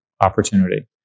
opportunity